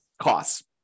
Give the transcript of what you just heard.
costs